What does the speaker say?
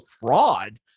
fraud